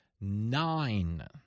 nine